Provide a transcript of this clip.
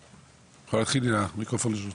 אתה יכול להתחיל, המיקרופון שלך.